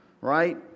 right